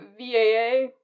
VAA